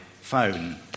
phone